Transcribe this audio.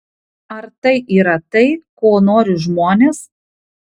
ar tai yra tai ko nori žmonės